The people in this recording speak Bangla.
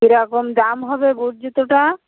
কীরকম দাম হবে বুট জুতোটা